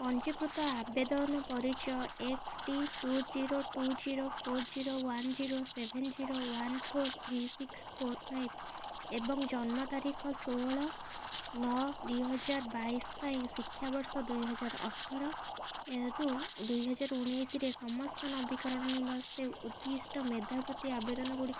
ପଞ୍ଜୀକୃତ ଆବେଦନ ପରିଚୟ X D two zero two zero four zero one zero seven zero one four three six four five ଏବଂ ଜନ୍ମ ତାରିଖ ଷୋହଳ ନଅ ଦୁଇହଜାର ବାଇଶ ପାଇଁ ଶିକ୍ଷାବର୍ଷ ଦୁଇହଜାର ଅଠର ଏହାରୁ ଦୁଇହଜାର ଉଣେଇଶରେ ସମସ୍ତ ନବୀକରଣ ନିମନ୍ତେ ଉଦ୍ଦିଷ୍ଟ ମେଧାବୃତ୍ତି ଆବେଦନ ଗୁଡ଼ିକ